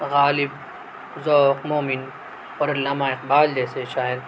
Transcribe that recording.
غالب ذوق مومن اور علامہ اقبال جیسے شاعر